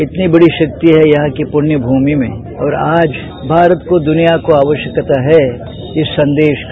इतनी बड़ी शक्ति है यहां के पुण्य भूमि में और आज भारत और दुनिया को आवश्यकता है इस संदेश का